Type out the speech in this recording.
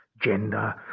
gender